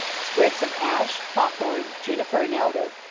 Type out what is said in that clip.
sprigs of ash, hawthorn, juniper, and elder,